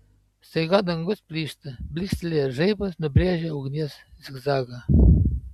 staiga dangus plyšta plykstelėjęs žaibas nubrėžia ugnies zigzagą